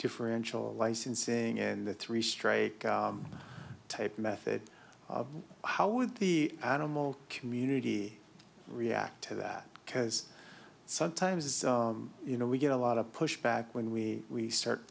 differential licensing and the three strike type method how would the animal community react to that because sometimes as you know we get a lot of pushback when we start